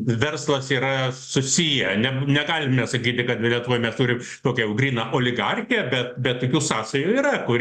verslas yra susiję ne negalim mes sakyti kad ir lietuvoj tokią jau gryną oligarchiją bet bet tokių sąsajų yra kur